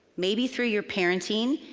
maybe through your parenting,